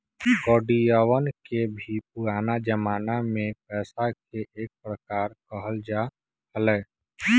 कौडियवन के भी पुराना जमाना में पैसा के एक प्रकार कहल जा हलय